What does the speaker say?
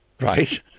Right